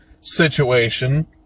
situation